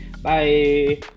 Bye